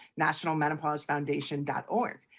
nationalmenopausefoundation.org